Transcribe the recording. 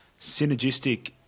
synergistic